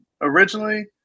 Originally